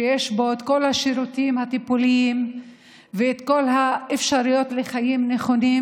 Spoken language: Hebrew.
שיש בו את כל השירותים הטיפוליים ואת כל האפשרויות לחיים נכונים,